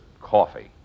coffee